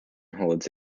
holds